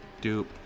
Dupe